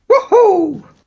woohoo